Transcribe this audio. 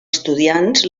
estudiants